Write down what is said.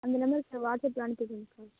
அந்த நம்பருக்கு வாட்ஸப்பில் அனுப்பிவிடுங்கக்கா